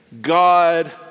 God